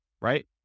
right